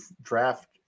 draft